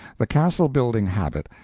the castle-building habit,